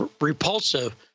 repulsive